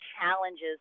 challenges